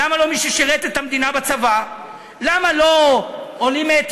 היום זה טרנד בממשלה שכל מי ששירת בצבא או בשירות לאומי,